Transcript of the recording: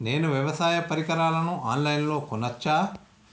నేను వ్యవసాయ పరికరాలను ఆన్ లైన్ లో కొనచ్చా?